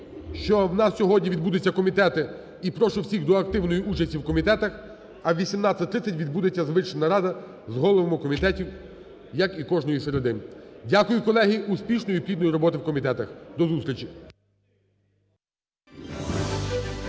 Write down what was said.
що в нас сьогодні відбудуться комітети, і прошу всіх до активної участі в комітетах. А о 18.30 відбудеться звична нарада з головами комітетів, як і кожної середи. Дякую, колеги. Успішної і плідної роботи в комітетах. До зустрічі..